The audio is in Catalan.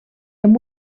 amb